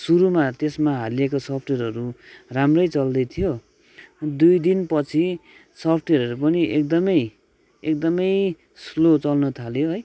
सुरुमा त्यसमा हालिएको सफ्टवेयरहरू राम्रै चल्दै थियो दुई दिनपछि सफ्टवेयरहरू पनि एकदमै एकदमै स्लो चल्न थाल्यो है